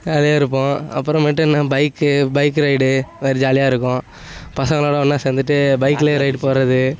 ஜாலியாக இருப்போம் அப்புறமேட்டு என்ன பைக்கு பைக்கு ரைடு வேறே ஜாலியாக இருக்கும் பசங்களோடு ஒன்றா சேர்ந்துட்டு பைக்கில் ரைடு போகிறது